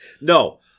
No